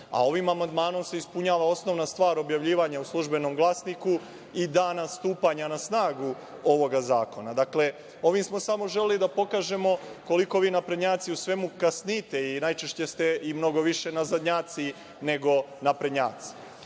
a ovim amandmanom se ispunjava osnovna stvar objavljivanja u „Službenom glasniku“ i dana stupanja na snagu ovoga zakona. Dakle, ovim smo samo želeli da pokažemo koliko vi naprednjaci u svemu kasnite i najčešće ste i mnogo više nazadnjaci nego naprednjaci.U